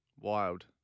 Wild